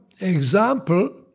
example